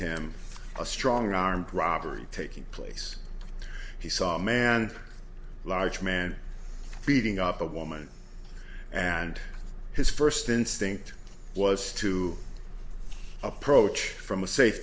him a strong armed robbery taking place he saw a man large man beating up a woman and his first instinct was to approach from a safe